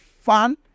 fun